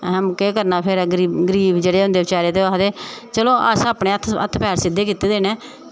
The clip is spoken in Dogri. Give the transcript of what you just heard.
आं केह् करना फिर गरीब होंदे जेह्ड़े बेचारे ओह् आखदे चलो असें अपने हत्थ पैर अपने सिद्धे कीते दे न